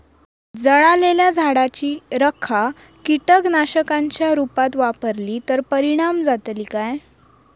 जळालेल्या झाडाची रखा कीटकनाशकांच्या रुपात वापरली तर परिणाम जातली काय?